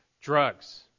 drugs